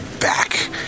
back